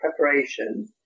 preparation